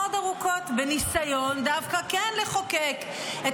מאוד ארוכות בניסיון דווקא כן לחוקק את